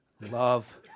love